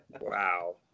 Wow